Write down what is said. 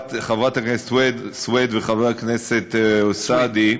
חברת הכנסת סוֵיד וחבר הכנסת סעדי,